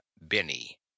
Benny